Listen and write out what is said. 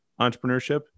entrepreneurship